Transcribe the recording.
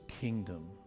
kingdom